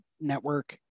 network